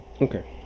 okay